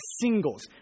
singles